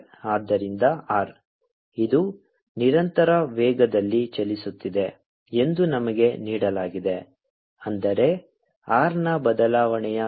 ಆದ್ದರಿಂದ r ಇದು ನಿರಂತರ ವೇಗದಲ್ಲಿ ಚಲಿಸುತ್ತಿದೆ ಎಂದು ನಮಗೆ ನೀಡಲಾಗಿದೆ ಅಂದರೆ r ನ ಬದಲಾವಣೆಯ ದರವು v